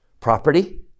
Property